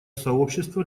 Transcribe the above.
сообщества